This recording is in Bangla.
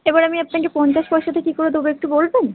এবার আমি আপনাকে পঞ্চাশ পয়সাটা কী করে দেবো একটু বলবেন